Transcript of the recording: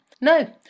No